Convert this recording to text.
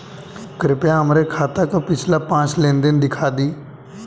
कृपया हमरे खाता क पिछला पांच लेन देन दिखा दी